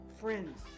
friends